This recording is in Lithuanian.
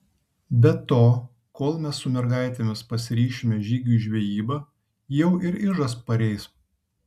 be to kol mes su mergaitėmis pasiryšime žygiui į žvejybą jau ir ižas pareis